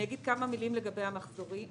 אגיד כמה מילים לגבי המסלולים.